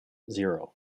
zero